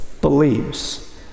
believes